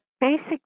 basic